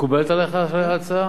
מקובלת עלייך ההצעה?